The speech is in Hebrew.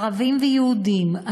ערבים ויהודים,